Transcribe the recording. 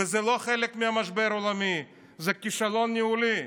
וזה לא חלק מהמשבר העולמי, זה כישלון ניהולי.